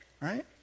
right